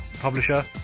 publisher